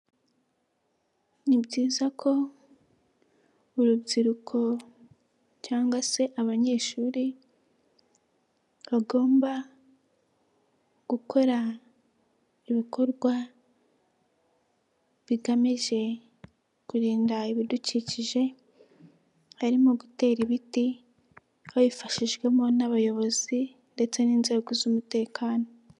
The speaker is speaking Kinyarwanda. Ni byiza ko urubyiruko cyangwa se abanyeshuri, bagomba gukora ibikorwa bigamije kurinda ibidukikije, harimo gutera ibiti babifashijwemo n'abayobozi ndetse n'inzego z'umutekano.